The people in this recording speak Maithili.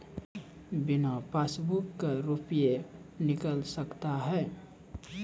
बिना पासबुक का रुपये निकल सकता हैं?